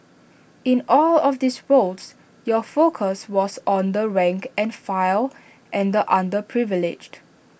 in all of these roles your focus was on the rank and file and the underprivileged